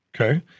Okay